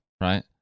right